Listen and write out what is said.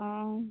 ও